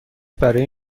برای